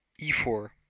e4